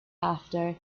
after